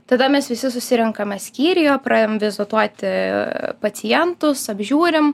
tada mes visi susirenkame skyriuje praėjom vizituoti pacientus apžiūrim